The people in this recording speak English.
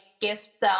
gifts